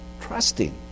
Trusting